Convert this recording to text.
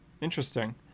Interesting